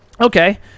Okay